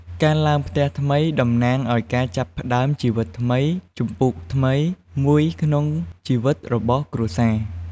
ការឡើងផ្ទះថ្មីតំណាងឱ្យការចាប់ផ្តើមជីវិតថ្មី ជំពូកថ្មីមួយក្នុងជីវិតរបស់គ្រួសារ។